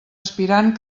aspirant